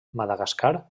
madagascar